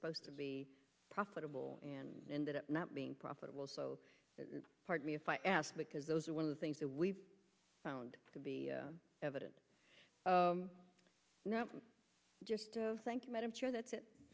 supposed to be profitable and ended up not being profitable so pardon me if i ask because those are one of the things that we've found to be evident not just of thank you madam chair that's it